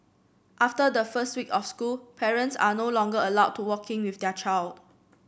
after the first week of school parents are no longer allowed to walk in with their child